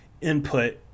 input